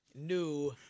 new